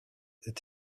est